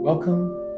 Welcome